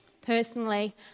Personally